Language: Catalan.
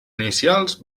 inicials